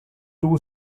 two